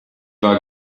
war